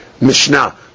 Mishnah